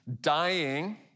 dying